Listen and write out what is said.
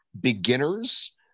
beginners